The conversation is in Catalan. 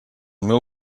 meu